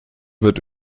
wird